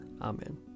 Amen